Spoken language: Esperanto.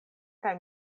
kaj